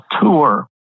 tour